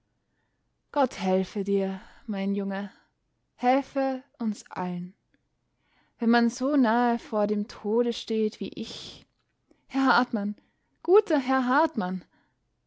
gott helfe dir mein junge helfe uns allen wenn man so nahe vor dem tode steht wie ich herr hartmann guter herr hartmann